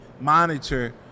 monitor